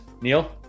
neil